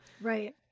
Right